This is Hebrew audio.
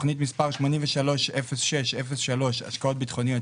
תוכנית 830603 השקעות ביטחוניות,